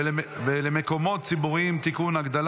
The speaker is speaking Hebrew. אני קובע כי הצעת חוק